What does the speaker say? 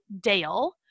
Dale